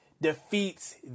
defeats